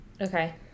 Okay